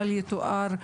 בל יתואר,